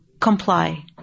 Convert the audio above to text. comply